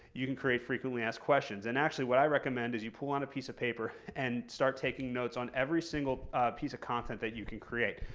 you can create frequently asked questions. and actually what i recommend is you pull out a piece of paper, and start taking notes on every piece of content that you can create,